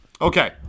Okay